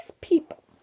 people